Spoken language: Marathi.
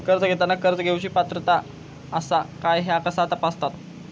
कर्ज घेताना कर्ज घेवची पात्रता आसा काय ह्या कसा तपासतात?